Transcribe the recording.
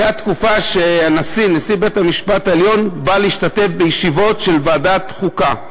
הייתה תקופה שנשיא בית-המשפט העליון בא להשתתף בישיבות של ועדת חוקה.